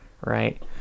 right